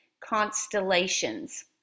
constellations